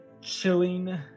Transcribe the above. chilling